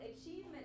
achievement